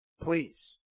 please